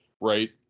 right